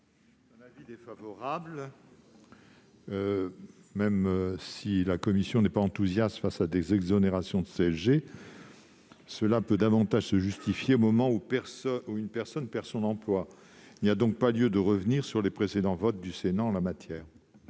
? L'avis est défavorable. Même si la commission ne s'enthousiasme pas face à des exonérations de CSG, cela peut davantage se justifier au moment où une personne perd son emploi. Il n'y a donc pas lieu de revenir sur les précédents votes du Sénat en la matière.